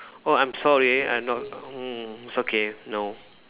oh I'm sorry I'm not mm okay no